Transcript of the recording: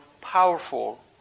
powerful